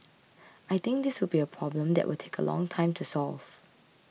I think this will be a problem that will take a long time to solve